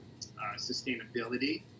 sustainability